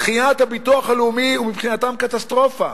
דחיית הביטוח הלאומי היא מבחינתן קטסטרופה.